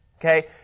okay